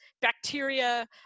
bacteria